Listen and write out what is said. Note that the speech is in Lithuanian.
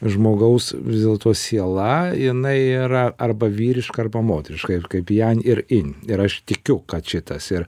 žmogaus vis dėlto siela jinai yra arba vyriška arba moteriška ir kaip jan ir jin ir aš tikiu kad šitas ir